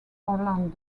orlando